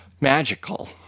magical